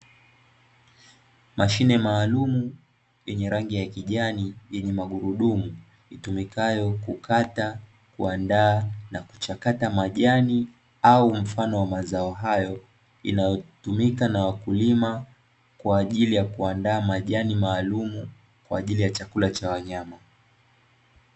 Mashine maalumu yenye rangi ya kijani yenye magurudumu itumikayo kukata, kuandaa na kuchakata majani, au mfano wa mazao hayo, inayotumika na wakulima kwa ajili ya kuandaa majani maalumu kwa ajili ya chakula cha wanyama.